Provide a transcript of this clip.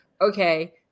okay